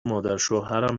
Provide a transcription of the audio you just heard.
مادرشوهرم